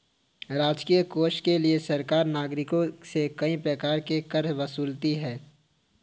राजकीय कोष के लिए सरकार नागरिकों से कई प्रकार के कर वसूलती है